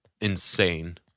insane